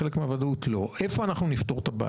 יש אוכלוסייה גדולה שלא מתגייסת.